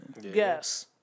yes